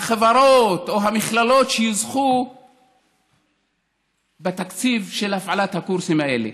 החברות או המכללות שיזכו בתקציב של הפעלת הקורסים האלה.